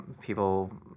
people